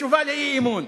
בתשובה לאי-אמון.